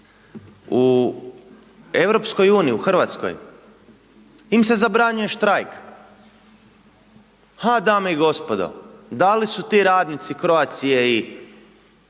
pobune u EU, u Hrvatskoj im se zabranjuje štrajk. Dame i gospodo, da li su radnici Croatia i